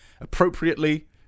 appropriately